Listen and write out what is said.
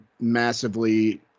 massively